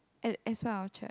as as part our church